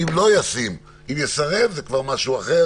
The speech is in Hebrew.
אם לא ישים, אם יסרב, זה כבר משהו אחר.